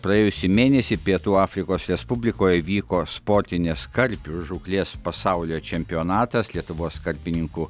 praėjusį mėnesį pietų afrikos respublikoje vyko sportinės karpių žūklės pasaulio čempionatas lietuvos karpininkų